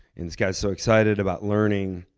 and this guy's so excited about learning.